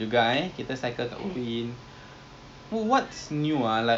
ya but the cheapest is two dollar per fifteen minutes